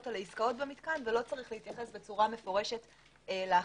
על העסקאות במתקן ולא צריך להתייחס בצורה מפורשת להכנסות.